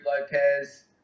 Lopez